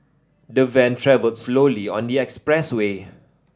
the van travelled slowly on the expressway